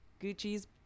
Gucci's